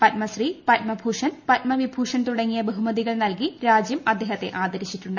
പദ്മശ്രീ പത്മഭൂഷൺ പത്മവിഭൂഷൺ തുടങ്ങിയ ബഹുമതികൾ നൽകി രാജ്യം അദ്ദേഹത്തെ ആദരിച്ചിട്ടുണ്ട്